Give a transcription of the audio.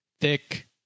thick